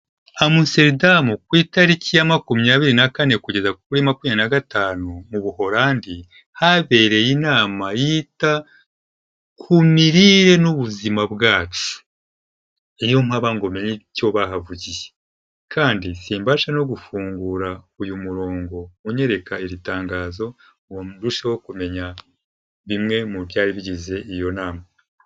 Amsterdam ku itariki ya makumyabiri na kane kugeza kuri makubiri na gatanu mu Buholandi, habereye inama yita ku mirire n'ubuzima bwacu, iyo mpaba ngo menye icyo bahavugiye kandi simbasha no gufungura uyu murongo unyereka iri tangazo ngo ndusheho kumenya bimwe mu byari bigize iyo nama.